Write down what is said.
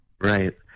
Right